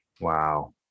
Wow